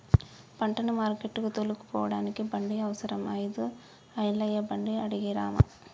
పంటను మార్కెట్టుకు తోలుకుపోడానికి బండి అవసరం అయి ఐలయ్య బండి అడిగే రాము